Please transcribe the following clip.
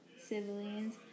civilians